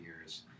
years